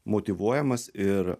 motyvuojamas ir